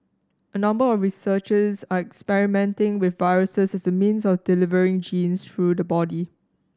a number of researchers are experimenting with viruses as a means for delivering genes through the body